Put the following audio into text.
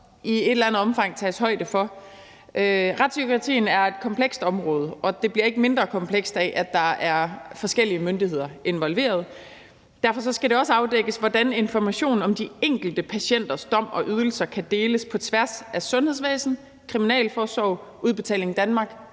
i et eller andet omfang tages højde for. Retspsykiatrien er et komplekst område, og det bliver ikke mindre komplekst af, at der er forskellige myndigheder involveret. Derfor skal det også afdækkes, hvordan information om de enkelte patienters domme og ydelser kan deles på tværs af sundhedsvæsen, kriminalforsorg, Udbetaling Danmark